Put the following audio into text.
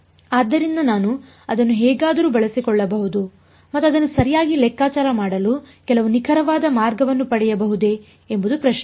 ಆದ್ದರಿಂದ ನಾನು ಅದನ್ನು ಹೇಗಾದರೂ ಬಳಸಿಕೊಳ್ಳಬಹುದು ಮತ್ತು ಅದನ್ನು ಸರಿಯಾಗಿ ಲೆಕ್ಕಾಚಾರ ಮಾಡಲು ಕೆಲವು ನಿಖರವಾದ ಮಾರ್ಗವನ್ನು ಪಡೆಯಬಹುದೇ ಎಂಬುದು ಪ್ರಶ್ನೆ